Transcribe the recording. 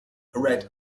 red